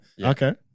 Okay